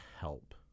help